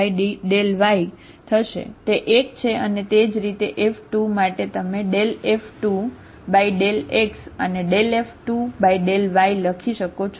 તે 1 છે અને તે જ રીતે F2 માટે તમે F2∂x અને F2∂y લખી શકો છો